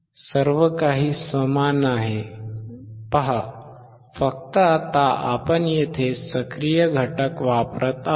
सर्व काही समान आहे पहा फक्त आता आपण येथे सक्रिय घटक वापरत आहोत